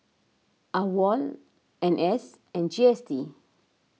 Awol N S and G S T